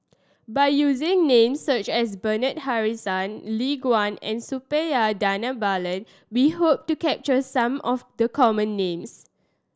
by using names such as Bernard Harrison Lin Gao and Suppiah Dhanabalan we hope to capture some of the common names